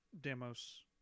demos